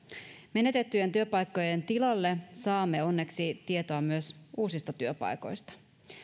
menetettyjen työpaikkojen tilalle saamme onneksi tietoa myös uusista työpaikoista